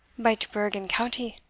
baith burgh and county.